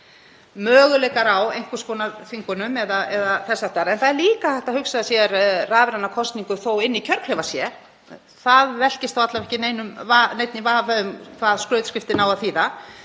möguleikar á einhvers konar þvingunum eða þess háttar, en það er líka hægt að hugsa sér rafræna kosningu þótt inni í kjörklefa sé. Þar velkist alla vega ekki neinn í vafa um hvað skrautskriftin á að þýða